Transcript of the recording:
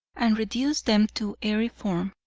and reduced them to aeriform.